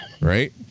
Right